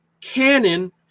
canon